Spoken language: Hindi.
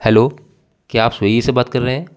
हेलो क्या आप स्विगी से बात कर रहे हैं